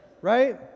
Right